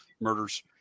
murders